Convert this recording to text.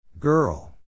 Girl